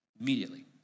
Immediately